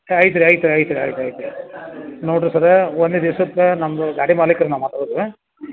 ಏಯ್ ಐತೆ ರೀ ಐತೆ ರೀ ಐತೆ ರೀ ಐತೆ ಐತಿ ನೋಡಿರಿ ಸರ್ ಒಂದು ದಿವ್ಸಕ್ಕೆ ನಮ್ಮದು ಗಾಡಿ ಮಾಲಿಕ್ರು ನಾವು ಮಾತಾಡೋದು